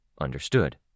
Understood